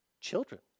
Children